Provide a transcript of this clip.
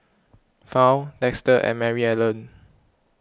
Fount Dexter and Maryellen